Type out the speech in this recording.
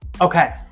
okay